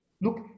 Look